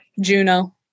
Juno